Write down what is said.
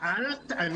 שאלת,